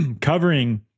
covering